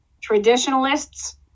Traditionalists